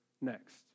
next